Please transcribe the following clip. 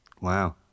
Wow